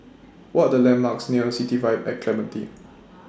What Are The landmarks near City Vibe At Clementi